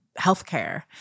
healthcare